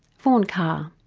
vaughan carr.